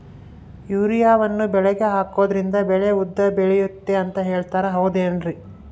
ಯೂರಿಯಾವನ್ನು ಬೆಳೆಗೆ ಹಾಕೋದ್ರಿಂದ ಬೆಳೆ ಉದ್ದ ಬೆಳೆಯುತ್ತೆ ಅಂತ ಹೇಳ್ತಾರ ಹೌದೇನ್ರಿ?